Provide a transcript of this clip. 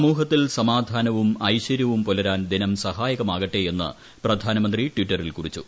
സമൂഹത്തിൽ സമാധാനവും ഐശ്വര്യവും പുലരാൻ ദിനം സഹായകമാകട്ടേ എന്ന് പ്രധാനമന്ത്രി ട്വിറ്ററിൽ കുറിച്ചു